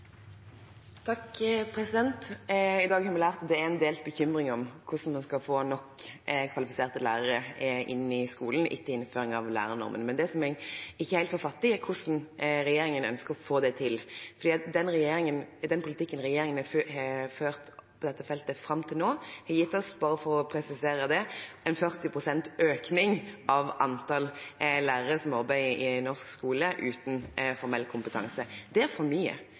I dag har vi lært at det er en del bekymring for hvordan man skal få nok kvalifiserte lærere inn i skolen etter innføring av lærernormen. Men det som jeg ikke helt får fatt i, er hvordan regjeringen ønsker å få det til, for den politikken regjeringen har ført på dette feltet fram til nå, har gitt oss – bare for å presisere det – en 40 pst. økning av antall lærere som arbeider i norsk skole uten formell kompetanse. Det er for mye.